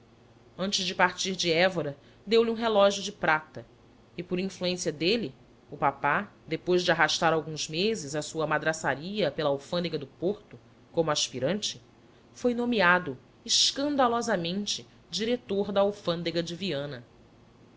antes de partir de évora deu-lhe um relógio de prata e por influência dele o papá depois de arrastar alguns meses a sua madraçaria pela alfândega do porto como aspirante foi nomeado escandalosamente diretor da alfândega de viana